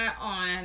on